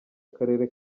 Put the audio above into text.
akarere